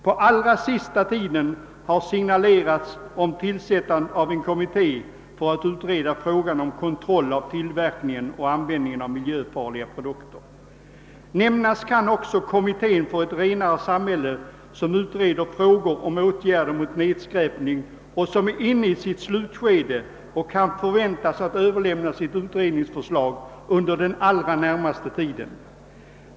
På allra senaste tiden har signalerats tillsättandet av en kommitté för att utreda frågan om kontroll av tillverkningen och användningen av miljöfarliga produkter. Nämnas kan också kommittén för »Ett renare samhälle», som utreder frågor om åtgärder mot nedskräpning och som är inne i sitt slutskede och kan förväntas att överlämna sitt förslag under den allra närmaste tiden.